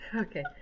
Okay